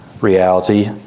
reality